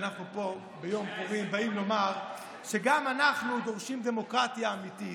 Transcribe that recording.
אנחנו פה ביום פורים באים לומר שגם אנחנו דורשים דמוקרטיה אמיתית.